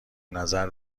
نظر